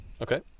Okay